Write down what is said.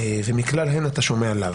ומכלל הן אתה שומע לאו.